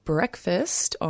Breakfast